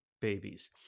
babies